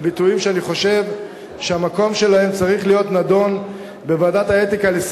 בביטויים שאני חושב שהמקום שבו הם צריכים להידון הוא ועדת האתיקה,